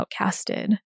outcasted